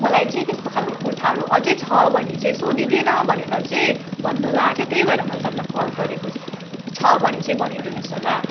मलाई चाहिँ त्यस्तो खालको कुर्ताहरू अझै छ भने चाहिँ सोधिदेन भनेर चाहिँ भन्नु लगाएको थियो त्यही भर मैले तपाईँलाई कल गरेको छ भने चाहिँ भनिदिनुहोस् होला